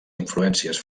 influències